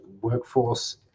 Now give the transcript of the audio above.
workforce